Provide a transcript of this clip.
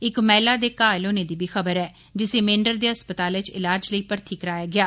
इक महिला दे घायल होने दी खबर ऐ जिसी मैंढर दे हस्पताल च इलाज लेई भर्थी कराया गेआ